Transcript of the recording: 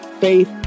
faith